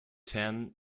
ten